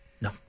No